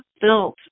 built